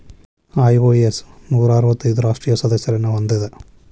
IOS ನೂರಾ ಅರ್ವತ್ತೈದು ರಾಷ್ಟ್ರೇಯ ಸದಸ್ಯರನ್ನ ಹೊಂದೇದ